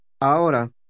Ahora